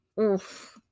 Oof